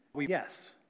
yes